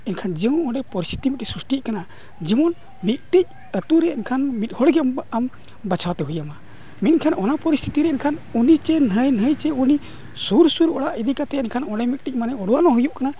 ᱮᱱᱠᱷᱟᱱ ᱡᱤᱭᱚᱱ ᱚᱸᱰᱮ ᱡᱮᱢᱚᱱ ᱢᱤᱫᱴᱤᱡ ᱟᱹᱛᱩᱨᱮ ᱮᱱᱠᱷᱟᱱ ᱢᱤᱫᱦᱚᱲ ᱜᱮ ᱟᱢ ᱵᱟᱪᱷᱟᱣ ᱛᱮ ᱦᱩᱭᱟᱢᱟ ᱢᱮᱱᱠᱷᱟᱱ ᱚᱱᱟ ᱯᱚᱨᱤᱥᱛᱷᱤᱛᱤ ᱨᱮ ᱮᱱᱠᱷᱟᱱ ᱚᱸᱰᱮ ᱪᱮ ᱱᱟᱭ ᱱᱟᱹᱭ ᱪᱮ ᱩᱱᱤ ᱥᱩᱨ ᱥᱩᱨ ᱚᱲᱟᱜ ᱤᱫᱤ ᱠᱟᱛᱮᱫ ᱮᱱᱠᱷᱟᱱ ᱚᱸᱰᱮ ᱢᱤᱫᱴᱤᱡ ᱦᱩᱭᱩᱜ ᱠᱟᱱᱟ